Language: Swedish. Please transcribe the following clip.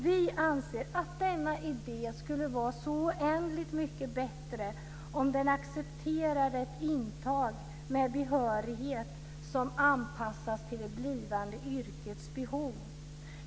Vi anser att denna idé skulle vara så oändligt mycket bättre om den accepterade intag med behörighet som anpassas till det blivande yrkets behov.